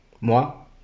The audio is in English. Moi